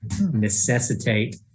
necessitate